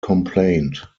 complaint